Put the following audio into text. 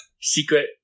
secret